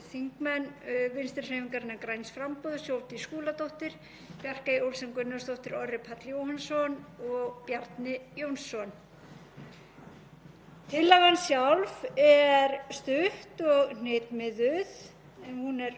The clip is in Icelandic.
Tillagan sjálf er stutt og hnitmiðuð en hún er svona, með leyfi forseta: „Alþingi ályktar að fela ríkisstjórninni fyrir Íslands hönd að undirrita og fullgilda samning um bann við kjarnorkuvopnum